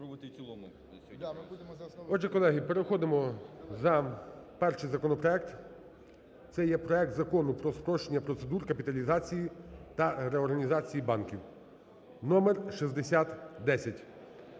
Отже, колеги, переходимо за… перший законопроект, це є проект Закону про спрощення процедур капіталізації та реорганізації банків (номер 6010).